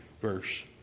verse